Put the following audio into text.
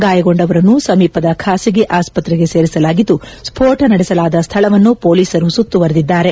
ಗಾಯಗೊಂಡವರನ್ನು ಸಮೀಪದ ಖಾಸಗೀ ಆಸ್ಸತ್ರೆಗೆ ಸೇರಿಸಲಾಗಿದ್ದು ಸ್ಸೋಟ ನಡೆಸಲಾದ ಸ್ಥಳವನ್ನು ಪೊಲೀಸರು ಸುತ್ತುವರೆದಿದ್ದಾರೆ